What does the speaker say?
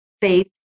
faith